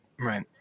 right